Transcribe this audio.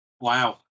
Wow